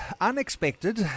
unexpected